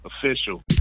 official